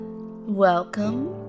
Welcome